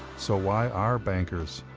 so, why are bankers,